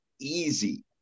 easy